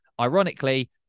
ironically